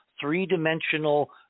three-dimensional